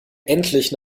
endlich